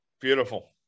Beautiful